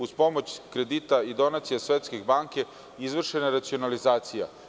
Uz pomoć kredita i donacija svetske banke izvršena je racionalizacija.